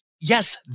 Yes